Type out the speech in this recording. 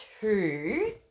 two